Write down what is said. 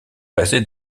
basé